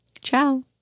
Ciao